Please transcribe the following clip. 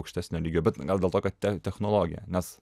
aukštesnio lygio bet gal dėl to kad te technologija nes